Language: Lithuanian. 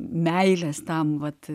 meilės tam vat